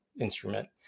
instrument